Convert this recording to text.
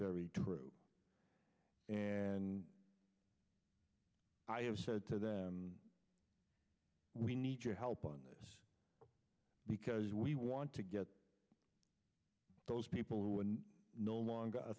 very true and i have said to them we need your help on this because we want to get those people who are no longer a